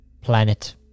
planet